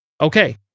Okay